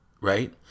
right